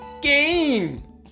game